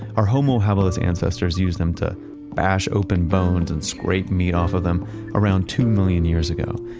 our homo habilis ancestors used them to bash open bones and scrape meat off of them around two million years ago.